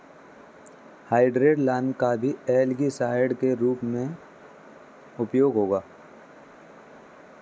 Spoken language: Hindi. हाइड्रेटेड लाइम का भी एल्गीसाइड के रूप में उपयोग होता है